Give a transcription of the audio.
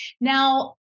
Now